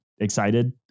excited